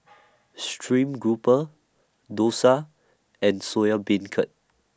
Stream Grouper Dosa and Soya Beancurd